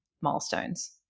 milestones